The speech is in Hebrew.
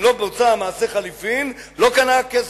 אם לא בוצע מעשה החליפין, לא קנה הכסף.